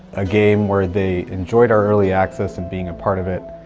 a game where they enjoyed our early access and being a part of it,